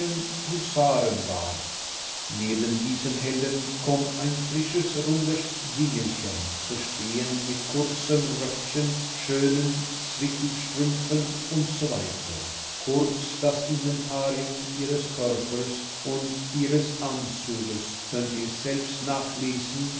neben diesen helden kommt ein frisches rundes dingelchen zu stehen mit kurzem röckchen schönen zwickelstrümpfen usw kurz das inventarium ihres körpers und ihres anzuges könnt ihr selbst nachlesen